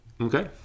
Okay